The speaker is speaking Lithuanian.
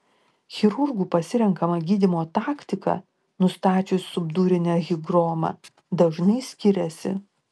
chirurgų pasirenkama gydymo taktika nustačius subdurinę higromą dažnai skiriasi